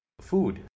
food